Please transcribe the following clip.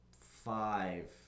five